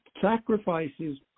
sacrifices